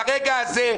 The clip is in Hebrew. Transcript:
ברגע הזה,